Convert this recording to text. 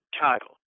title